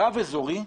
רב אזורי,